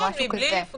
כן, מבלי לפגוע.